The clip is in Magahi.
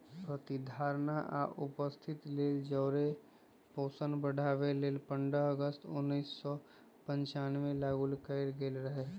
प्रतिधारणा आ उपस्थिति लेल जौरे पोषण बढ़ाबे लेल पंडह अगस्त उनइस सौ पञ्चानबेमें लागू कएल गेल रहै